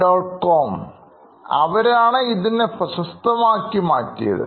com അവരാണ് ഇതിനെ പ്രശസ്തമാക്കി മാറ്റിയത്